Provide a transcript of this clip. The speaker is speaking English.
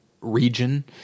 region